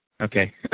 Okay